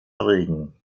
regen